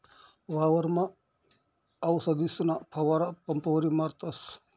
वावरमा आवसदीसना फवारा पंपवरी मारतस